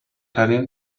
ترین